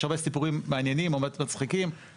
יש הרבה סיפורים מעניינים או מצחיקים,